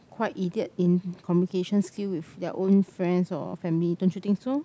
quite idiot thing communication skill with their own friends or family don't you think so